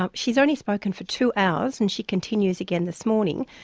ah she's only spoken for two hours, and she continues again this morning.